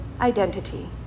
identity